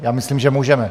Já myslím, že můžeme.